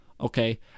Okay